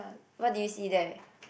what do you see there